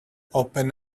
open